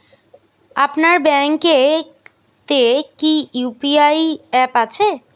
আপনার ব্যাঙ্ক এ তে কি ইউ.পি.আই অ্যাপ আছে?